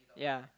yeah